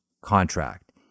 contract